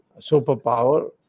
superpower